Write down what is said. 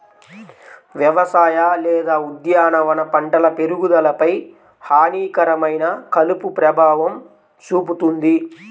వ్యవసాయ లేదా ఉద్యానవన పంటల పెరుగుదలపై హానికరమైన కలుపు ప్రభావం చూపుతుంది